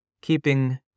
keeping